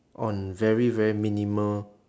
on very very minimal